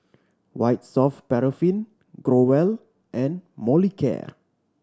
White Soft Paraffin Growell and Molicare